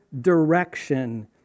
direction